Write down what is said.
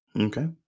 Okay